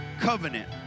covenant